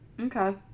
okay